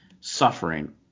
suffering